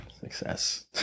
Success